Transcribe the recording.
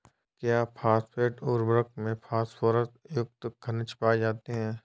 क्या फॉस्फेट उर्वरक में फास्फोरस युक्त खनिज पाए जाते हैं?